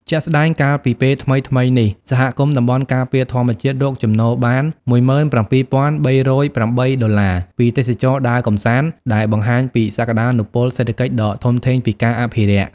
ជាក់ស្តែង កាលពីពេលថ្មីៗនេះ សហគមន៍តំបន់ការពារធម្មជាតិរកចំណូលបាន ១៧,៣០៨ ដុល្លារ ពីទេសចរដើរកម្សាន្ត ដែលបង្ហាញពីសក្តានុពលសេដ្ឋកិច្ចដ៏ធំធេងពីការអភិរក្ស។